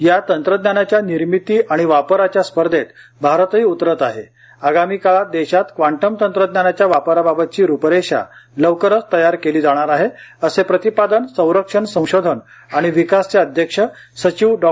या तंत्रज्ञानाच्या निर्मिती आणि वापराच्या स्पर्धेत भारतही उतरत आहे आगामी काळात देशात क्वांटम तंत्रज्ञानाच्या वापराबाबतची रूपरेषा लवकरच तयार केली जाणार आहे असे प्रतिपादन संरक्षण संशोधन आणि विकासचे अध्यक्ष सचिव डॉ